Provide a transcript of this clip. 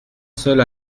seul